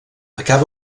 acaba